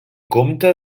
comte